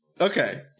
Okay